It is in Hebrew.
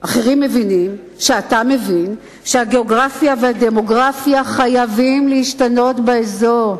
ואחרים מבינים שאתה מבין שהגיאוגרפיה והדמוגרפיה חייבות להשתנות באזור.